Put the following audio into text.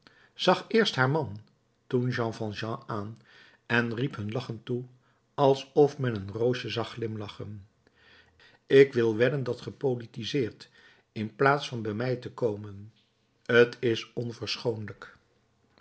zag eerst haar man toen jean valjean aan en riep hun lachend toe alsof men een roosje zag glimlachen ik wil wedden dat ge politiseert in plaats van bij mij te komen t is